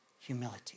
humility